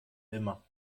immer